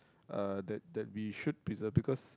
uh that that we should preserve because